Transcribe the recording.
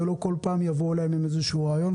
ולא כל פעם יבואו להם עם איזשהו רעיון,